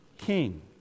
King